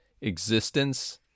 existence